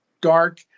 dark